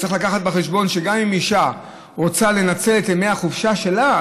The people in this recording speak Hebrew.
צריך להביא בחשבון שגם אם אישה רוצה לנצל את ימי החופשה שלה,